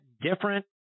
different